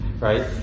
right